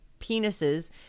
penises